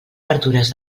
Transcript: verdures